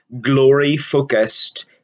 glory-focused